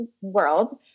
world